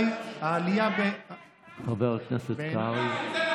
חבר הכנסת קרעי.